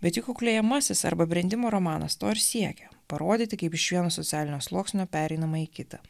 bet juk auklėjamasis arba brendimo romanas to ir siekia parodyti kaip iš vieno socialinio sluoksnio pereinama į kitą